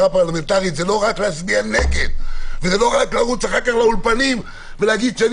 זה לא רק להצביע נגד ולא רק לרוץ אחר כך לאולפנים ולומר שאני